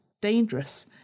dangerous